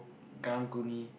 karang guni